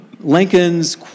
Lincoln's